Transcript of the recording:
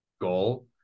goal